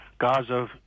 Gaza